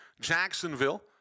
Jacksonville